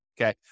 okay